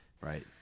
right